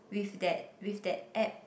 with that with that app